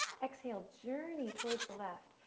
exhale journey towards the left.